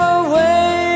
away